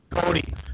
Cody